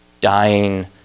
dying